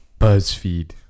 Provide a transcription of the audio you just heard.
BuzzFeed